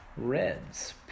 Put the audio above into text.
Reds